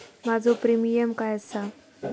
माझो प्रीमियम काय आसा?